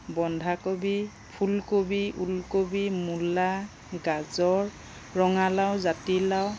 বন্ধাকবি ফুলকবি ঊলকবি মূলা গাজৰ ৰঙালাও জাতিলাও